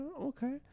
okay